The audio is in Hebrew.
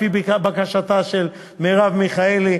לפי בקשתה של מרב מיכאלי,